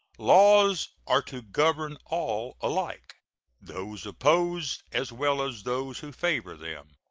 laws are to govern all alike those opposed as well as those who favor them.